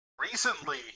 recently